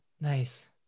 Nice